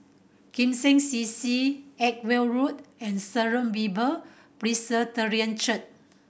Kim Seng C C Edgware Road and Sharon Bible Presbyterian Church